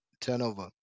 turnover